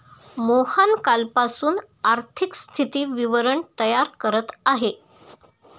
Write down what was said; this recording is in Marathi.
मोहन कालपासून आर्थिक स्थिती विवरण तयार करत आहे